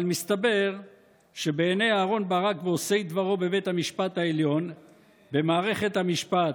אבל מסתבר שבעיני אהרן ברק ועושי דברו בבית המשפט העליון במערכת המשפט,